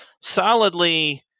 solidly